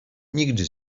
nigdy